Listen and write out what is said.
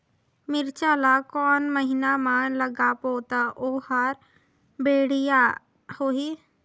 मिरचा ला कोन महीना मा लगाबो ता ओहार बेडिया होही?